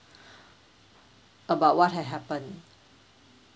about what had happened